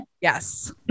Yes